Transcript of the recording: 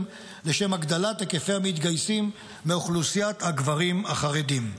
לשם הגדלת היקפי המתגייסים מאוכלוסיית הגברים החרדים.